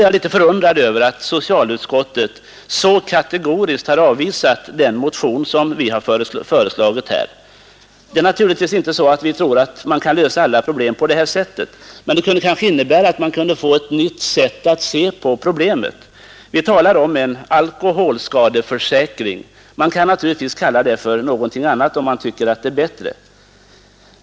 Vi är litet förundrade över att socialutskottet så kategoriskt har avvisat den motion som vi har lagt fram. Vi tror naturligtvis inte att man kan lösa alla problem på det här sättet, men man kunde kanske få ett nytt sätt att se på problemet. Vi föreslår en alkoholskadeförsäkring; man kan naturligtvis kalla det någonting annat, om man tycker att det är bättre.